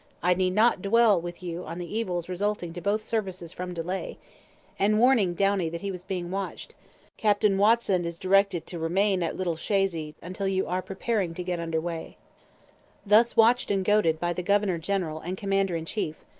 i need not dwell with you on the evils resulting to both services from delay and warning downie that he was being watched captain watson is directed to remain at little chazy until you are preparing to get under way thus watched and goaded by the governor-general and commander-in-chief,